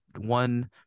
one